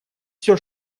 все